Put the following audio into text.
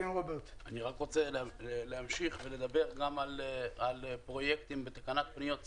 אני רק רוצה להמשיך ולדבר גם על פרויקטים שבתקנת פניות שמאלה,